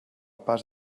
pas